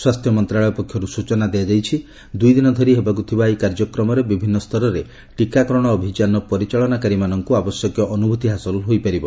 ସ୍ୱାସ୍ଥ୍ୟ ମନ୍ତ୍ରଶାଳୟ ପକ୍ଷରୁ ସୂଚନା ଦିଆଯାଇଛି ଦୁଇଦିନ ଧରି ହେବାକୁ ଥିବା ଏହି କାର୍ଯ୍ୟକ୍ରମରେ ବିଭିନ୍ନ ସ୍ତରରେ ଟୀକାକରଣ ଅଭିଯାନର ପରିଚାଳନାକାରୀମାନଙ୍କୁ ଆବଶ୍ୟକୀୟ ଅନୁଭୂତି ହାସଲ ହୋଇପାରିବ